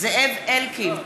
זאב אלקין,